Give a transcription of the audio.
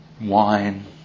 wine